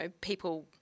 people